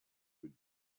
would